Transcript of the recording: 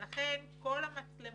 לכן כל המצלמות,